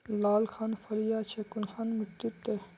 लालका फलिया छै कुनखान मिट्टी त?